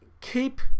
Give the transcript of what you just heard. keep